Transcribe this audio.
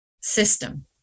system